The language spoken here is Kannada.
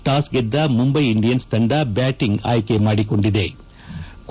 ಟಾಸ್ ಗೆದ್ದ ಮುಂಬೈ ಇಂಡಿಯನ್ ತಂಡ ಬ್ಲಾಟಿಂಗ್ ಆಯ್ತೆ ಮಾಡಿಕೊಂಡಿತು